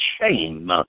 shame